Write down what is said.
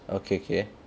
okay K